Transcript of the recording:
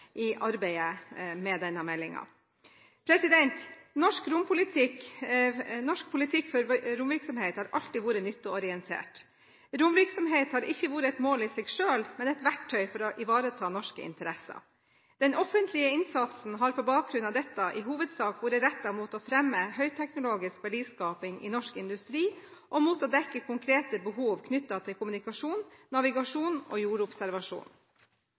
i arbeidet med meldingen. Norsk politikk for romvirksomhet har alltid vært nytteorientert. Romvirksomhet har ikke vært et mål i seg selv, men et verktøy for å ivareta norske interesser. Den offentlige innsatsen har på bakgrunn av dette i hovedsak vært rettet mot å fremme høyteknologisk verdiskaping i norsk industri, og mot å dekke konkrete behov knyttet til kommunikasjon, navigasjon og jordobservasjon.